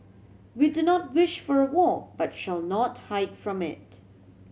we do not wish for a war but shall not hide from it